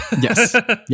Yes